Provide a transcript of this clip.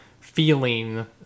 feeling